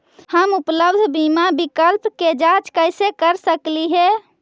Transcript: हम उपलब्ध बीमा विकल्प के जांच कैसे कर सकली हे?